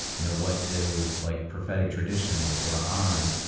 you know, what do like prophetic tradition, the quota on,